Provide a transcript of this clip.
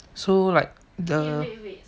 so like the